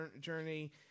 journey